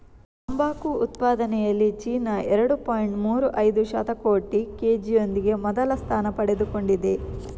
ತಂಬಾಕು ಉತ್ಪಾದನೆಯಲ್ಲಿ ಚೀನಾ ಎರಡು ಪಾಯಿಂಟ್ ಮೂರು ಐದು ಶತಕೋಟಿ ಕೆ.ಜಿಯೊಂದಿಗೆ ಮೊದಲ ಸ್ಥಾನ ಪಡೆದುಕೊಂಡಿದೆ